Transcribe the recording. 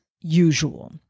usual